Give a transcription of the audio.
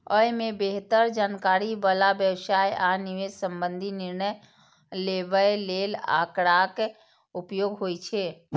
अय मे बेहतर जानकारी बला व्यवसाय आ निवेश संबंधी निर्णय लेबय लेल आंकड़ाक उपयोग होइ छै